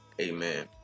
Amen